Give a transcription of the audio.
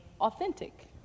authentic